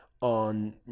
on